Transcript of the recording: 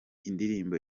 indirimbo